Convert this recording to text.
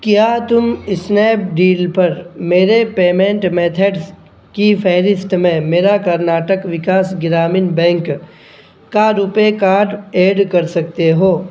کیا تم اسنیپڈیل پر میرے پیمنٹ میتھڈس کی فہرست میں میرا کرناٹک وکاس گرامین بینک کا روپے کاڈ ایڈ کر سکتے ہو